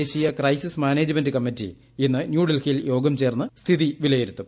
ദേശീയ crisis management committee ഇന്ന് ന്യൂഡൽഹിയിൽ യോഗം ചേർന്ന് സ്ഥിതി വിലയിരുത്തും